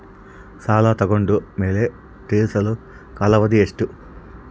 ಸಾಲ ತಗೊಂಡು ಮೇಲೆ ತೇರಿಸಲು ಕಾಲಾವಧಿ ಎಷ್ಟು?